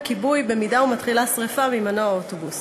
לכיבוי אם מתחילה שרפה במנוע האוטובוס.